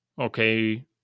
okay